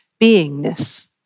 beingness